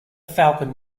falcon